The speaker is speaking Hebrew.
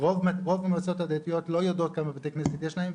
רוב המועצות הדתיות לא יודעות כמה בתי כנסת יש להם,